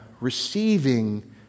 receiving